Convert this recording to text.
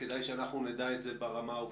כדאי שאנחנו נדע את זה ברמה העובדתית.